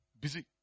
Busy